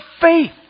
faith